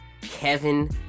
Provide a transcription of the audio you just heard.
Kevin